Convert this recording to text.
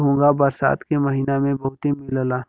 घोंघा बरसात के महिना में बहुते मिलला